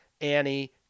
Annie